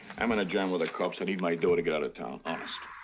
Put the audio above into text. i'm in a jam with the cops. i need my dough to get out of town, honest.